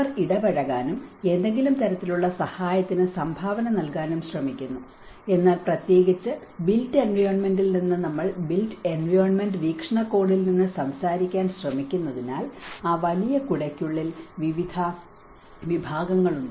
അവർ ഇടപഴകാനും ഏതെങ്കിലും തരത്തിലുള്ള സഹായത്തിന് സംഭാവന നൽകാനും ശ്രമിക്കുന്നു എന്നാൽ പ്രത്യേകിച്ച് ബിൽറ്റ് എൻവയോണ്മെന്റിൽ നിന്ന് നമ്മൾ ബിൽറ്റ് എൻവയോണ്മെന്റ് വീക്ഷണകോണിൽ നിന്ന് സംസാരിക്കാൻ ശ്രമിക്കുന്നതിനാൽ ആ വലിയ കുടയ്ക്കുള്ളിൽ വിവിധ വിഭാഗങ്ങളുണ്ട്